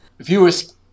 viewers